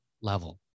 level